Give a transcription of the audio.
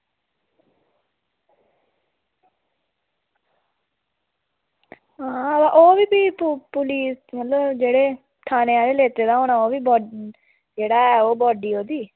आं ओह्बी भी पुलिस मतलब जेह्ड़े ठाणे आह्लें लैते दा होना ओह्बी बड़े जेह्दा ओह् बॉडी ओह्दी